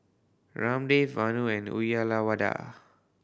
Ramdev Vanu and Uyyalawada